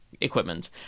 equipment